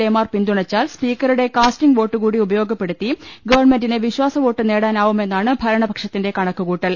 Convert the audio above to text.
A മാർ പിന്തുണ ച്ചാൽ സ്പീക്കറുടെ കാസ്റ്റിങ് വോട്ടുകൂടി ഉപയോഗപ്പെടുത്തി ഗവൺമെന്റിന് വിശ്വാസവോട്ട് നേടാനാവുമെന്നാണ് ഭരണപക്ഷ ത്തിന്റെ കണക്ക് കൂട്ടൽ